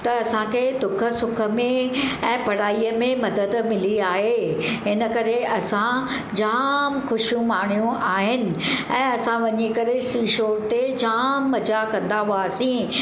त असांखे दुख सुख में ऐं पढ़ाईअ में मदद मिली आहे हिन करे असां जाम ख़ुशियूं माणियूं आहिनि ऐं असां वञी करे सी शोर ते जाम मजा कंदा हुआसीं